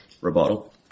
rebuttal